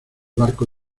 barco